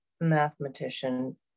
mathematician